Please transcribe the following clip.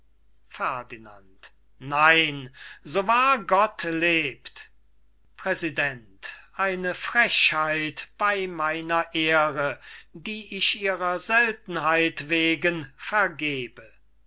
ferdinand nein so wahr gott lebt präsident eine frechheit bei meiner ehre die ich ihrer seltenheit wegen vergebe ferdinand